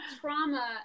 trauma